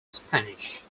spanish